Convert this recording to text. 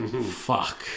Fuck